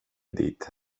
dit